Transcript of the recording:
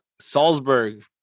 Salzburg